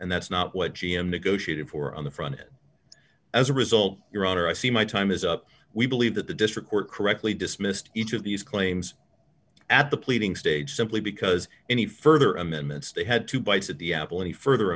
and that's not what g m negotiated for on the front end as a result your honor i see my time is up we believe that the district court correctly dismissed each of these claims at the pleading stage simply because any further amendments they had to bite at the apple any further